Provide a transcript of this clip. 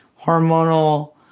hormonal